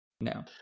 no